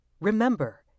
Remember